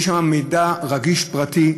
יש שם מידע רגיש פרטי,